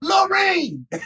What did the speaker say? Lorraine